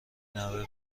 نوه